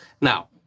Now